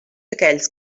aquells